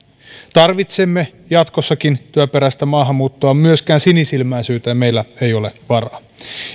tarvitsemme jatkossakin työperäistä maahanmuuttoa myöskään sinisilmäisyyteen meillä ei ole varaa